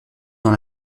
dans